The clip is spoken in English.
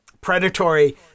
predatory